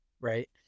Right